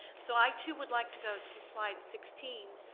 so i too would like to go to slide sixteen.